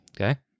Okay